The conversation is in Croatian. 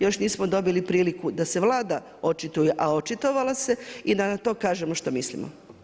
Još nismo dobili priliku da se Vlada očituje, a očitovala se i da na to kažemo što mislimo.